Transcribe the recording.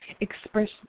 express